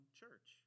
church